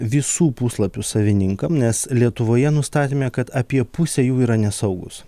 visų puslapių savininkam nes lietuvoje nustatėme kad apie pusė jų yra nesaugūs